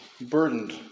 burdened